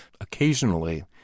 Occasionally